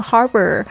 Harbor